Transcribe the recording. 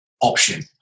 option